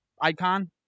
icon